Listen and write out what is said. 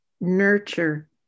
Nurture